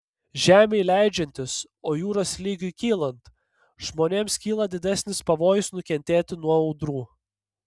žemei leidžiantis o jūros lygiui kylant žmonėms kyla didesnis pavojus nukentėti nuo audrų